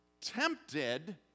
tempted